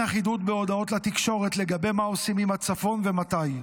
אחידות בהודעות לתקשורת לגבי מה עושים עם הצפון ומתי.